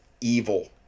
evil